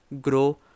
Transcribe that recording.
grow